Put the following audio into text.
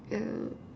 yeah